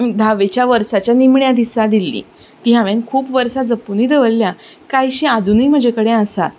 धावेच्या वर्साच्या निमण्या दिसा दिल्लीं तीं हांवेन खूब वर्सां जपुनूय दवरल्यां कांय अशीं आजुनूय म्हजे कडेन आसा